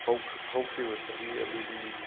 ꯍꯧꯈ꯭ꯔ ꯍꯧꯈ꯭ꯔꯤꯕ ꯆꯍꯤ ꯑꯗꯨꯒꯤ